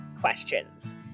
questions